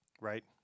Right